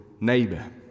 Neighbor